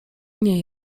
nie